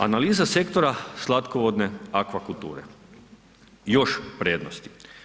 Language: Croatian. Analiza sektora slatkovodne aqua kulture, još prednosti.